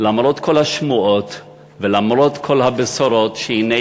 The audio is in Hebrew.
למרות כל השמועות ולמרות כל הבשורות שהנה